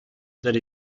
there